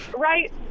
Right